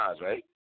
right